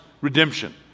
redemption